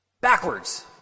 Backwards